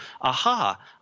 aha